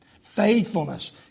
Faithfulness